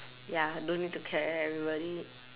ya don't need to care everybody